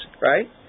right